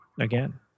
again